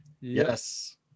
Yes